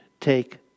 take